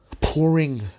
Pouring